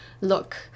look